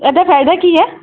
ਇਹਦਾ ਫਾਇਦਾ ਕੀ ਹੈ